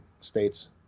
states